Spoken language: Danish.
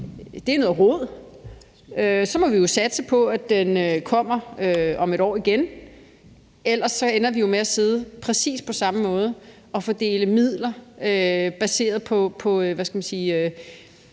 det er noget rod. Så må vi jo satse på, at den kommer om et år igen, for ellers ender vi jo med at sidde på præcis den samme måde og fordele midler baseret på